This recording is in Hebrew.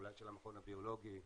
אולי של המכון הביולוגי,